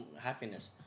happiness